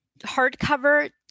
hardcover